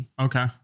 Okay